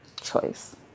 choice